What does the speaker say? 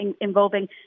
involving